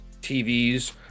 tvs